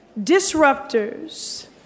disruptors